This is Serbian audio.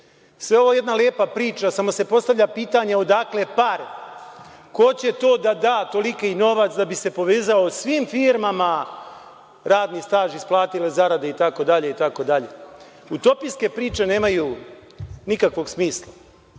je ovo jedna lepa priča samo se postavlja pitanje odakle pare, ko će to da da toliki novac da bi se povezao svim firmama radni staž, isplatile zarade, itd. Utopijske priče nemaju nikakvog smisla.